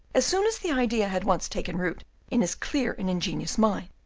as soon as the idea had once taken root in his clear and ingenious mind,